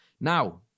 Now